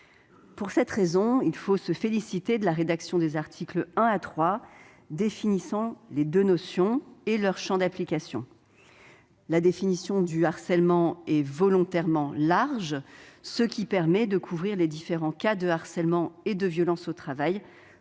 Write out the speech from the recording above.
nous devons nous féliciter de la manière dont sont rédigés les articles 1 à 3, qui définissent les deux notions et leur champ d'application. La définition du harcèlement est volontairement large, ce qui permet de couvrir les différents cas de harcèlement et de violences au travail,